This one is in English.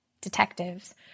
detectives